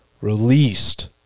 released